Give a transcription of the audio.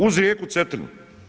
Uz rijeku Cetinu.